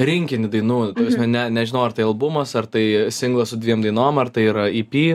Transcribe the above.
rinkinį dainų ne nežinau ar tai albumas ar tai singlas su dviem dainom ar tai yra ep